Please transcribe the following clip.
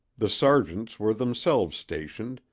the sergeants were themselves stationed,